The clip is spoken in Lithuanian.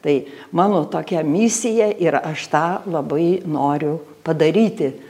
tai mano tokia misija ir aš tą labai noriu padaryti